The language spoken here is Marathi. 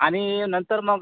आणि नंतर मग